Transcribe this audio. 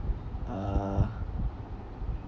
uh